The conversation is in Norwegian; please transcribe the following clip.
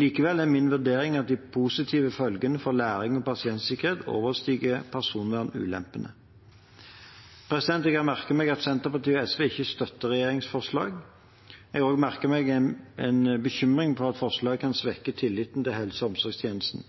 Likevel er min vurdering at de positive følgene for læring og pasientsikkerhet overstiger personvernulempene. Jeg har merket meg at Senterpartiet og SV ikke støtter regjeringens forslag. Jeg har også merket meg en bekymring for at forslaget kan svekke tilliten til helse- og omsorgstjenesten.